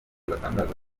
batangaza